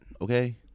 okay